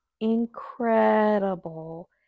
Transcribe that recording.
incredible